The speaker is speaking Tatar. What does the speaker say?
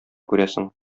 күрәсең